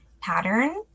pattern